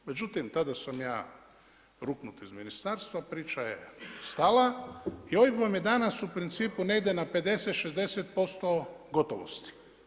Međutim tada sam ja ruknut iz ministarstva, priča je stala i OIB vam je danas u principu ne ide na 50, 60% gotovosti.